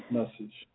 Message